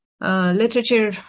Literature